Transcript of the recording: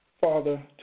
Father